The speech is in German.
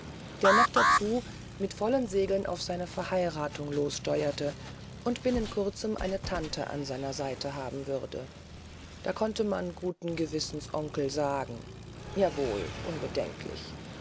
der noch dazu mit vollen segeln auf seine verheiratung lossteuerte und binnen kurzem eine tante an seiner seite haben würde da konnte man mit gutem gewissen onkel sagen ja wohl unbedenklich